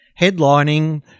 headlining